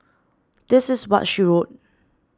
this is what she wrote